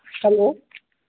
hello